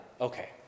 Okay